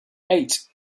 eight